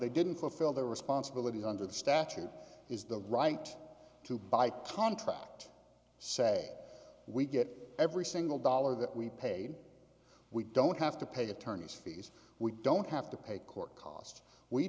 they didn't fulfill their responsibilities under the statute is the right to by contract say we get every single dollar that we paid we don't have to pay attorney's fees we don't have to pay court c